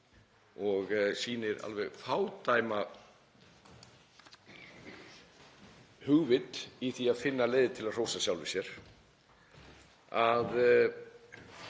og sýnir alveg fádæma hugvit í því að finna leiðir til að hrósa sjálfri sér,